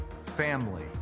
family